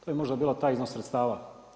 To je možda bio taj iznos sredstava.